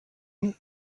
nom